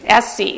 SC